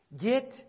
Get